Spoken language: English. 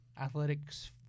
Athletics